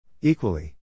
Equally